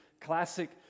classic